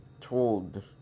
told